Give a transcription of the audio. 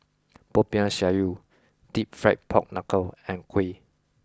Popiah Sayur Deep Fried Pork Knuckle and Kuih